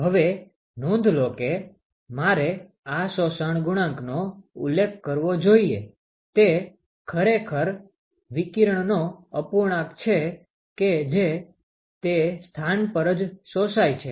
હવે નોંધ લો કે મારે આ શોષણ ગુણાંકનો ઉલ્લેખ કરવો જોઇએ તે ખરેખર વિકિરણનો અપૂર્ણાંક છે કે જે તે સ્થાન પર જ શોષાય છે